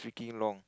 freaking long